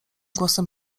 głosem